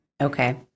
Okay